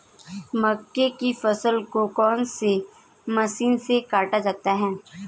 मक्के की फसल को कौन सी मशीन से काटा जाता है?